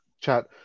chat